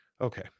Okay